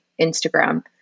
Instagram